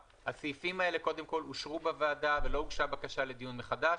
הסעיפים האלה אושרו בוועדה ולא הוגשה בקשה לדיון מחדש.